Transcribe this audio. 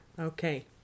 Okay